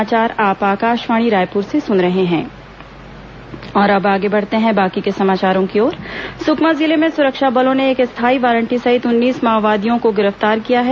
माओवादी गिरफ्तार सुकमा जिले में सुरक्षा बलों ने एक स्थायी वारंटी सहित उन्नीस माओवादियों को गिरफ्तार किया है